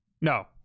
No